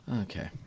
Okay